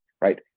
right